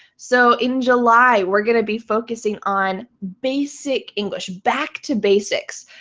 so in july, we're going to be focusing on basic english, back to basics,